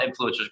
influencers